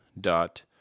dot